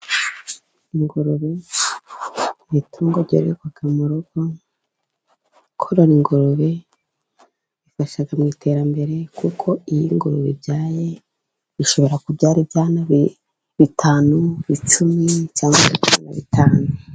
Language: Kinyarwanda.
Ingurube ni itungo ryororerwa mu rugo, korora ingurube bifasha mu iterambere kuko iyo ingurube ibyaye, ishobora kubyara ibyana bitanu, icumi cyangwa ibibwana bitanu.